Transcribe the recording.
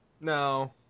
No